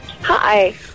Hi